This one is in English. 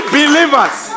believers